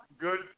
good